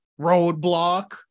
roadblock